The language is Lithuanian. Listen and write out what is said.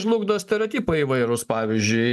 žlugdo stereotipai įvairūs pavyzdžiui